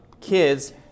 Kids